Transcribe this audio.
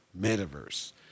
metaverse